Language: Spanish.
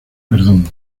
perdón